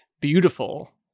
beautiful